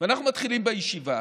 ואנחנו מתחילים בישיבה,